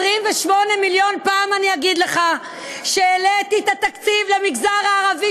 28 מיליון פעם אני אגיד לך שהעליתי את התקציב למגזר הערבי,